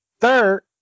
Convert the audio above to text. Third